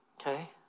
Okay